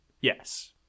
yes